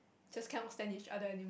just cannot stand each other any~